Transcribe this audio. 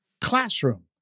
Classroom